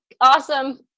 Awesome